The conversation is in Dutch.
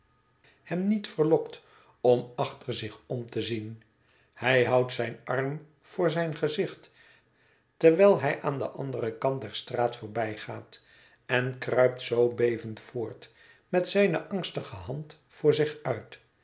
hem niet verlokt om achter zich om te zien hij houdt zijn arm voor zijn gezicht terwijl hij aan den anderen kant der straat voorbijgaat en kruipt zoo bevend voort met zijne angstige hand voor zich uit